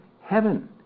heaven